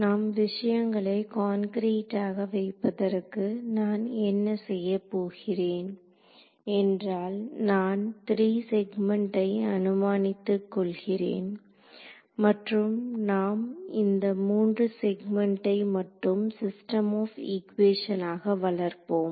நாம் விஷயங்களை கான்கிரிடாக வைப்பதற்கு நான் என்ன செய்யப் போகிறேன் என்றால் நான் 3 செக்மண்டை அனுமானித்துக் கொள்கிறேன் மற்றும் நாம் இந்த மூன்று செக்மண்டை மட்டும் சிஸ்டம் ஆப் ஈக்குவேஷன் ஆக வளர்ப்போம்